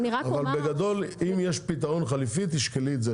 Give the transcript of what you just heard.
אבל אם יש פתרון חליפי תשקלי את זה,